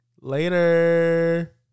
Later